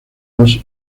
los